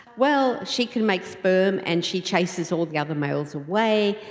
well, she can make sperm and she chases all the other males away,